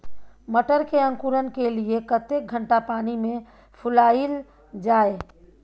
मटर के अंकुरण के लिए कतेक घंटा पानी मे फुलाईल जाय?